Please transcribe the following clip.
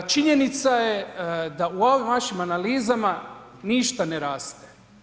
Činjenica je da u ovim vašim analizama ništa ne raste.